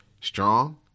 Strong